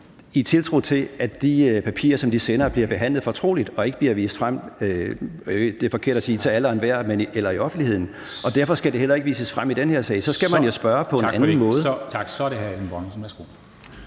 i tiltro til, at de papirer, som de sender, bliver behandlet fortroligt og ikke bliver vist frem – det er forkert at sige til alle og enhver eller i offentligheden – og derfor skal det heller ikke vises frem i den her sag. Så skal man jo spørge på en anden måde. Kl. 13:18 Formanden (Henrik Dam